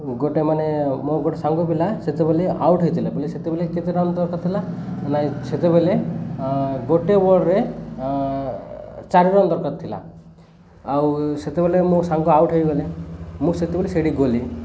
ଗୋଟେ ମାନେ ମୋ ଗୋଟେ ସାଙ୍ଗ ପିଲା ସେତେବେଲେ ଆଉଟ ହେଇଥିଲା ବ ସେତେବେଲେ କେତେ ରନ୍ ଦରକାର ଥିଲା ନାଇଁ ସେତେବେଲେ ଗୋଟେ ବଲ୍ରେ ଚାରି ରନ୍ ଦରକାର ଥିଲା ଆଉ ସେତେବେଲେ ମୋ ସାଙ୍ଗ ଆଉଟ୍ ହେଇଗଲେ ମୁଁ ସେତେବେଲେ ସେଇଠି ଗଲି